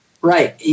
Right